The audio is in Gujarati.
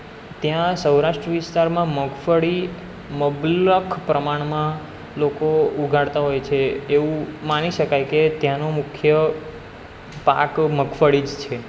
ત્યાં સૌરાષ્ટ્ર વિસ્તારમાં મગફળી મબલખ પ્રમાણમાં લોકો ઉગાળતા હોય છે એવું માની શકાય કે ત્યાંનો મુખ્ય પાક મગફળી જ છે